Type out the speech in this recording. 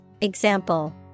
Example